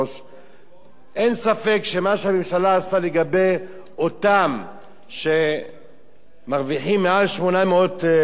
אין ספק שמה שהממשלה עשתה לגבי אותם שמרוויחים מעל 800,000 שקל בשנה,